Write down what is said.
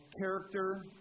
character